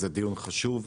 זה דיון חשוב,